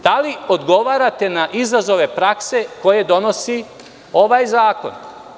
Da li odgovarate na izazove prakse koje donosi ovaj zakon?